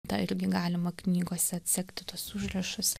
tą irgi galima knygose atsekti tuos užrašus